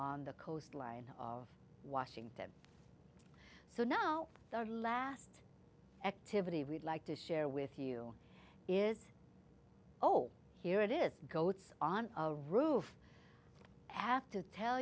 on the coastline of washington so now our last activity we'd like to share with you is oh here it is goats on a roof have to tell